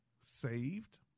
saved